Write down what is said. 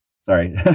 Sorry